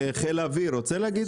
וחיל האוויר רוצה להגיד משהו?